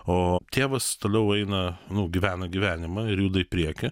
o tėvas toliau eina nu gyvena gyvenimą ir juda į priekį